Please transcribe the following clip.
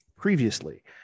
previously